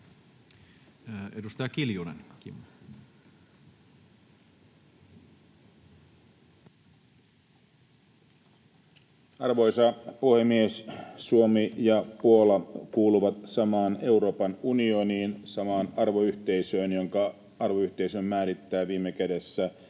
Edustaja Kiljunen, Kimmo. Arvoisa puhemies! Suomi ja Puola kuuluvat samaan Euroopan unioniin, samaan arvoyhteisöön, jonka määrittää viime kädessä